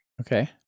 Okay